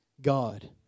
God